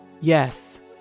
yes